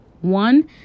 one